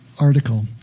article